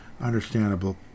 Understandable